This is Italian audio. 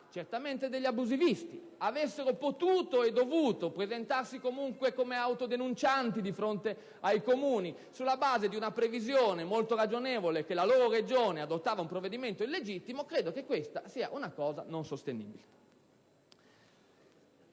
certamente degli abusivisti, avessero potuto e dovuto presentarsi comunque come autodenuncianti di fronte ai Comuni sulla base di una previsione, molto ragionevole, che la loro Regione adottava un provvedimento illegittimo, credo sia una cosa non sostenibile.